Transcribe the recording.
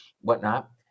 whatnot